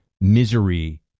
misery